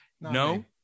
no